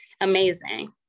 amazing